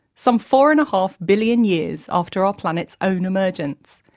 some four and a half billion years after our planet's own emergence.